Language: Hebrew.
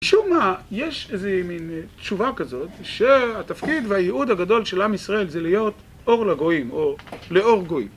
משום מה יש איזה מין תשובה כזאת, שהתפקיד והייעוד הגדול של עם ישראל זה להיות אור לגויים, או לאור גוי